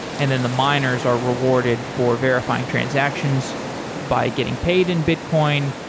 and then the miners are rewarded for verifying transactions by getting paid in bitcoin.